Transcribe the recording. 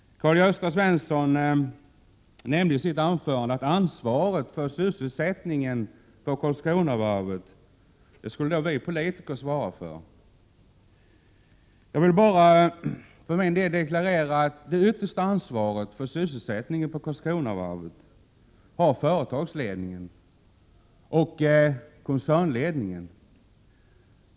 Karl-Gösta Svenson nämnde i sitt anförande att vi politiker skulle ha ansvaret för sysselsättningen på Karlskronavarvet. Jag vill bara för min del deklarera att företagsledningen och koncernledningen har det yttersta ansvaret för sysselsättningen på Karlskronavarvet.